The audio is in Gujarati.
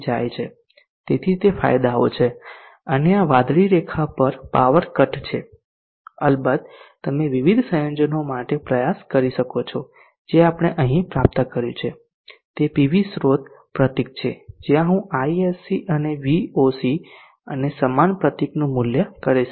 તેથી તે ફાયદાઓ છે અને આ વાદળી રેખા પાવર કટ છે અલબત્ત તમે વિવિધ સંયોજનો માટે પ્રયાસ કરી શકો છો જે આપણે હવે પ્રાપ્ત કર્યું છે તે પીવી સ્રોત પ્રતિક છે જ્યાં હું ISC અને VOC અને સમાન પ્રતીકનું મૂલ્ય કરી શકું